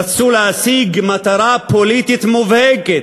רצו להשיג מטרה פוליטית מובהקת,